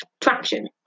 Traction